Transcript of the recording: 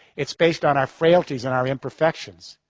it's based on our frailties and our imperfections,